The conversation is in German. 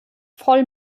voll